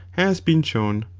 has been shown,